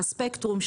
"ספקטרום",